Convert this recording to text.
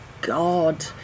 god